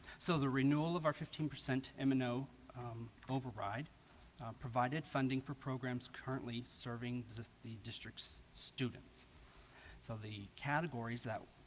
so the renewal of our fifteen percent m and o override provided funding for programs currently serving the the district's students so the categories that